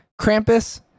Krampus